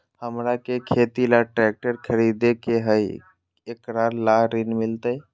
हमरा के खेती ला ट्रैक्टर खरीदे के हई, एकरा ला ऋण मिलतई?